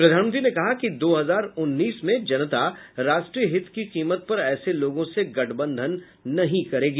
प्रधानमंत्री ने कहा दो हजार उन्नीस में जनता राष्ट्रीय हित की कीमत पर ऐसे लोगों से गठबंधन नहीं करेगी